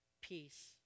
peace